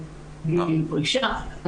לגיל פרישה.